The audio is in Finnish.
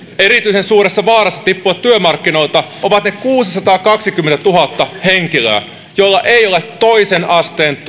erityisen suuressa vaarassa tippua työmarkkinoilta ovat ne kuusisataakaksikymmentätuhatta henkilöä joilla ei ole toisen asteen